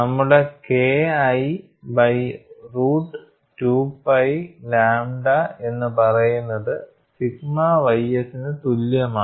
നമ്മുടെ KI by root 2 pi lambda എന്ന് പറയുന്നത് സിഗ്മ ys ന് തുല്യമാണ്